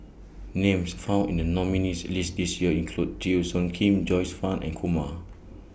Names found in The nominees' list This Year include Teo Soon Kim Joyce fan and Kumar